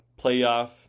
playoff